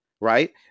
right